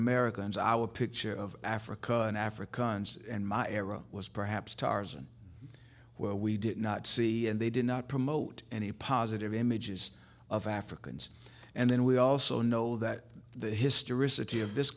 americans i would picture of africa and africans and my era was perhaps tarzan where we did not see and they did not promote any positive images of africans and then we also know that the history city of this